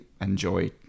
enjoy